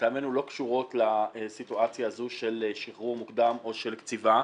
לטעמנו לא קשורות לסיטואציה של שחרור מוקדם או של קציבה,